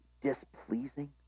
displeasing